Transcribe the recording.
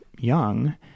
young